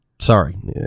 sorry